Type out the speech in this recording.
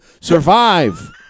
survive